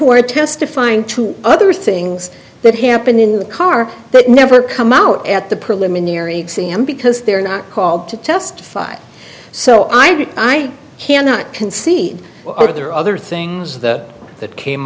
who are testifying to other things that happen in the car that never come out at the preliminary exam because they're not called to testify so i repeat i cannot concede that there are other things that that came